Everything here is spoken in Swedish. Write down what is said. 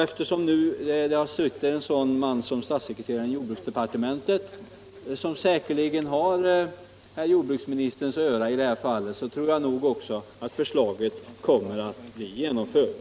Eftersom en sådan man har suttit i utredningen som statssekreteraren i jordbruksdepartementet, som säkerligen har jordbruksministerns öra i det här fallet, tror jag också att förslaget kommer att bli genomfört.